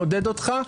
מעודד אותך,